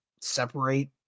separate